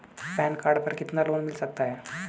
Pan card पर कितना loan मिल सकता है?